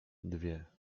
dwie